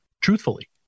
truthfully